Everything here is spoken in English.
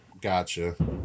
Gotcha